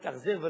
להתאכזר,